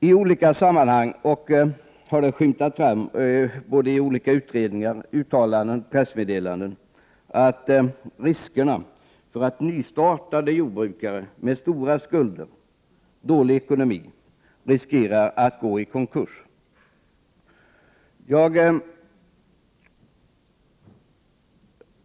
I olika utredningar, uttalanden och pressmeddelanden har det skymtat fram att jordbrukare som nyligen startat sin verksamhet och har stora skulder och dålig ekonomi riskerar att gå i konkurs.